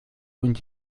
und